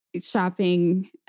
shopping